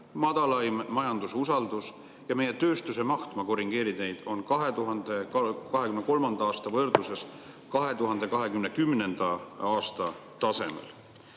madalaim majandususaldus ja meie tööstuse maht – ma korrigeerin teid – oli 2023. aastal 2010. aasta tasemel.